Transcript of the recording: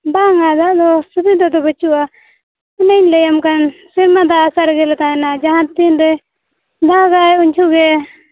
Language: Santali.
ᱵᱟᱝᱼᱟ ᱫᱟᱜ ᱫᱚ ᱥᱩᱵᱤᱫᱟ ᱫᱚ ᱵᱟᱹᱪᱩᱜᱼᱟ ᱚᱱᱮ ᱧ ᱞᱟᱹᱭᱟᱢᱠᱟᱱ ᱥᱮᱨᱢᱟ ᱫᱟᱜ ᱟᱥᱟ ᱨᱮᱜᱮᱞᱮ ᱛᱟᱦᱮᱱᱟ ᱡᱟᱦᱟᱸ ᱛᱤᱱᱨᱮ ᱫᱟᱜᱟᱭ ᱩᱱᱡᱚᱦᱚᱜ ᱜᱮ